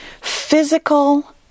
physical